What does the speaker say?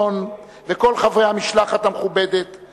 חברי האספה המחוקקת הנמצאים כאן אתנו,